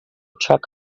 truck